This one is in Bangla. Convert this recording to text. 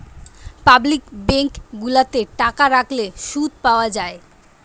পাবলিক বেঙ্ক গুলাতে টাকা রাখলে শুধ পাওয়া যায়